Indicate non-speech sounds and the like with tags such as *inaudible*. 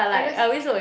I'm just *laughs*